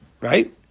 right